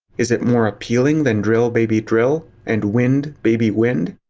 is it more appealing than drill-baby-drill? and wind-baby-wind?